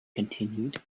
continued